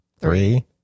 Three